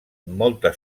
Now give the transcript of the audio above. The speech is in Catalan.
molta